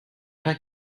pas